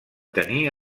tenir